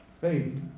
Faith